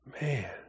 Man